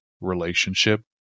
relationship